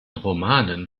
romanen